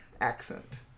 accent